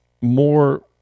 more